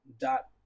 dot